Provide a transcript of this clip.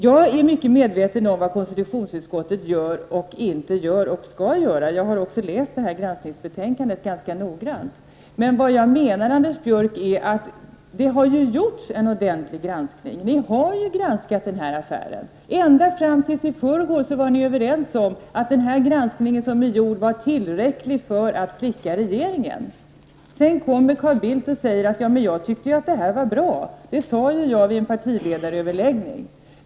Jag är mycket medveten om vad konstitutionsutskottet gör, inte gör och skall göra. Jag har även läst granskningsbetänkandet ganska noggrant. Men vad jag menar, Anders Björck, är att det har gjorts en ordentlig granskning. Affären har granskats. Ända fram till i förrgår var ni överens om att granskningen som är gjord är tillräcklig för att pricka regeringen. Därefter kommer Carl Bildt och säger att han tycker att detta är bra och att han har sagt det vid en partiledaröverläggning.